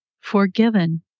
forgiven